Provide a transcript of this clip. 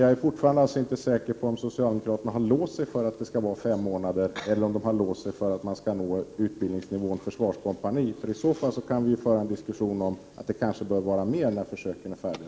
Jag är fortfarande inte säker på om socialdemokraterna har låst sig för fem månader eller för att man skall nå utbildningsnivån försvarskompani. I det senare fallet kan vi kanske föra en diskussion om en förlängning av utbildningstiden när försöken är färdiga.